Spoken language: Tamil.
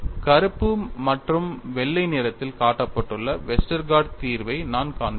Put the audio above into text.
கருப்பு மற்றும் வெள்ளை நிறத்தில் காட்டப்பட்டுள்ள வெஸ்டர்கார்ட் தீர்வை நான் காண்பிப்பேன்